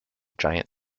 giant